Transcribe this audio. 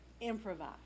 improvise